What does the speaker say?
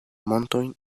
montoj